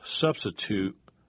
substitute